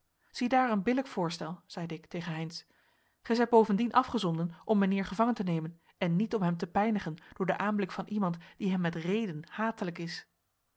ziedaar een billijk voorstel zeide ik tegen heynsz gij zijt bovendien afgezonden om mijnheer gevangen te nemen en niet om hem te pijnigen door den aanblik van iemand die hem met reden hatelijk is